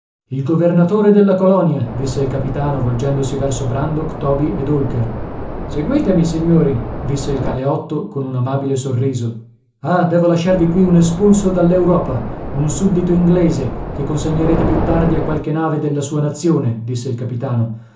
il governatore della colonia disse il capitano volgendosi verso brandok toby ed holker seguitemi signori disse il galeotto con un amabile sorriso ah devo lasciarvi qui un espulso dall'europa un suddito inglese che consegnerete più tardi a qualche nave della sua nazione disse il capitano